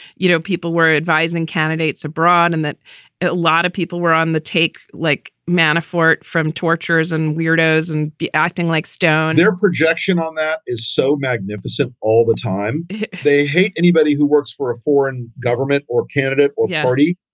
you know, people were advising candidates abroad and that a lot of people were on the take. like manafort from torturers and weirdos and acting like stone, their projection on that is so magnificent all the time they hate anybody who works for a foreign government or candidate or party,